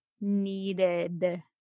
needed